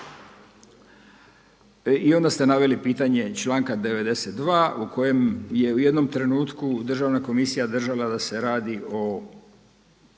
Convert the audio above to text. i onda ste naveli pitanje članka 92. u kojem je u jednom trenutku državna komisija držala da se radi o